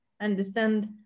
understand